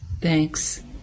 Thanks